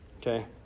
Okay